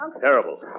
Terrible